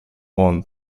horn